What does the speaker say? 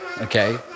okay